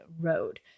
Road